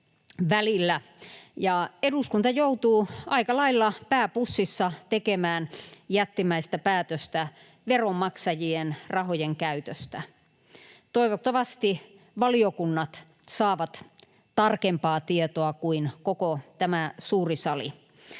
eduskunta joutuu aika lailla pää pussissa tekemään jättimäistä päätöstä veronmaksajien rahojen käytöstä. Toivottavasti valiokunnat saavat tarkempaa tietoa kuin koko tämä suuri sali.